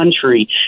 Country